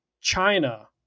China